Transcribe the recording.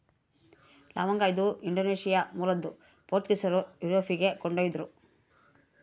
ಲವಂಗ ಇದು ಇಂಡೋನೇಷ್ಯಾ ಮೂಲದ್ದು ಪೋರ್ಚುಗೀಸರು ಯುರೋಪಿಗೆ ಕೊಂಡೊಯ್ದರು